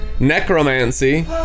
necromancy